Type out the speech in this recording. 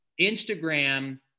Instagram